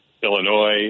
Illinois